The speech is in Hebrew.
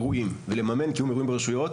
אירועים ולממן קיום אירועים ברשויות,